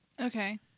Okay